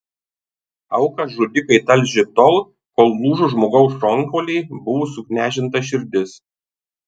auką žudikai talžė tol kol lūžo žmogaus šonkauliai buvo suknežinta širdis